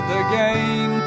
again